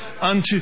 unto